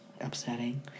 upsetting